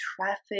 traffic